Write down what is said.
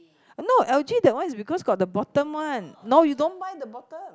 no L_G that one is because got the bottom one no you don't buy the bottom